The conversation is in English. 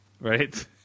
right